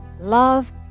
love